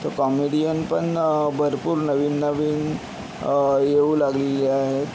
तर कॉमेडियन पण भरपूर नवीन नवीन येऊ लागलेले आहेत